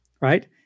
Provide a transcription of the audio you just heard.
right